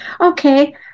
Okay